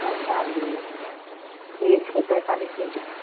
पैँतालिस ठीक हइ पैँतालिसेके दाम